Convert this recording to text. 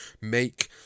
make